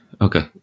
Okay